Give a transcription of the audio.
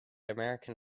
american